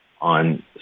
on